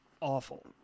awful